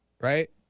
Right